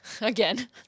Again